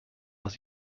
aus